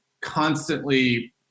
constantly